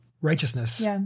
righteousness